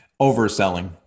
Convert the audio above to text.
overselling